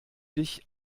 dich